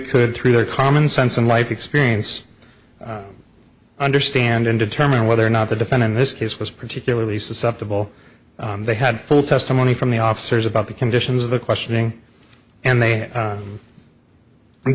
could through their common sense and life experience understand and determine whether or not the defendant in this case was particularly susceptible they had full testimony from the officers about the conditions of the questioning and they